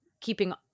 keeping